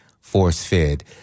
force-fed